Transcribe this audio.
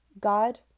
God